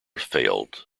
failed